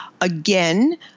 again